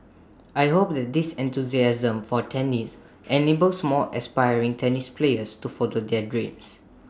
I hope that this enthusiasm for tennis enables more aspiring tennis players to follow their dreams